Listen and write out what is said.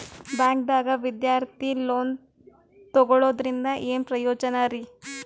ಬ್ಯಾಂಕ್ದಾಗ ವಿದ್ಯಾರ್ಥಿ ಲೋನ್ ತೊಗೊಳದ್ರಿಂದ ಏನ್ ಪ್ರಯೋಜನ ರಿ?